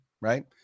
right